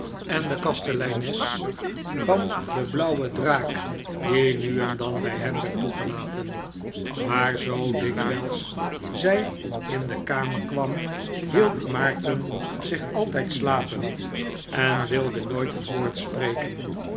en de kasteleines van de blauwe draak die nu en dan bij hem werd toegelaten maar zoo dikwijls zij in de kamer kwam hi eld maarten zich altijd slapend en wilde nooit een woord spreken